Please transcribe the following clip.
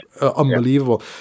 unbelievable